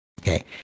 Okay